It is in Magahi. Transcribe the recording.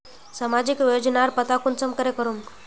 सामाजिक योजनार पता कुंसम करे करूम?